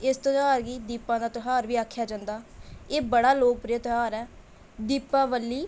इस गल्ला इसगी दीपै दा ध्यार बी आक्खेआ जंदा एह् बड़ा लोकप्रिय त्यौहार ऐ दीपावली